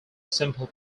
simple